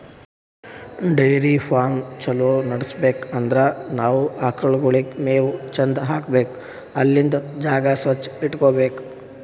dairy farm ಛಲೋ ನಡ್ಸ್ಬೇಕ್ ಅಂದ್ರ ನಾವ್ ಆಕಳ್ಗೋಳಿಗ್ ಮೇವ್ ಚಂದ್ ಹಾಕ್ಬೇಕ್ ಅಲ್ಲಿಂದ್ ಜಾಗ ಸ್ವಚ್ಚ್ ಇಟಗೋಬೇಕ್